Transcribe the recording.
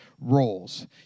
roles